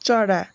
चरा